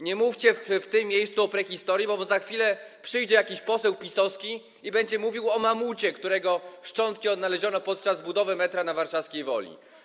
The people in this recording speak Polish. Nie mówcie w tym miejscu o prehistorii, bo za chwilę przyjdzie jakiś poseł PiS-owski i będzie mówił o mamucie, którego szczątki odnaleziono podczas budowy metra na warszawskiej Woli.